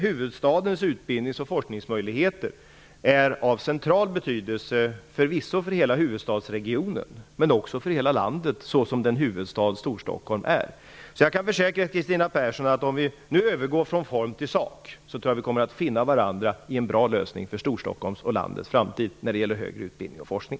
Huvudstadens utbildnings och forskningsmöjligheter är förvisso av central betydelse för hela huvudstadsregionen, men också för hela landet, såsom den huvudstad Stockholm är. Jag kan försäkra Kristina Persson, att om vi nu övergår från form till sak kommer vi att finna varandra i en bra lösning för Storstockholms och landets framtid när det gäller högre utbildning och forskning.